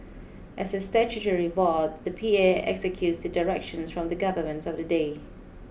as a statutory board the P A executes the directions from the government of the day